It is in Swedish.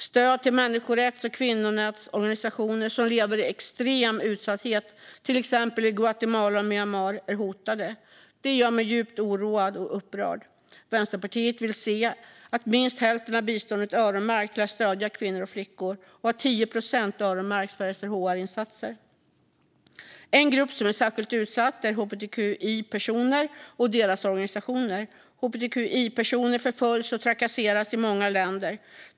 Stöd till människorätts och kvinnorättsorganisationer som lever i extrem utsatthet i till exempel Guatemala och Myanmar är hotade. Det gör mig djupt oroad och upprörd. Vänsterpartiet vill se att minst hälften av biståndet öronmärks till att stödja kvinnor och flickor och att 10 procent öronmärks till SRHR-insatser. En grupp som är särskilt utsatt är hbtqi-personer och deras organisationer. Hbtqi-personer förföljs och trakasseras i många länder.